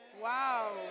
Wow